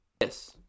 Yes